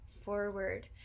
forward